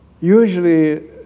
usually